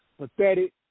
pathetic